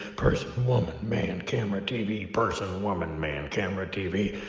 person, woman, man, camera, tv. person, woman, man, camera, tv.